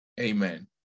Amen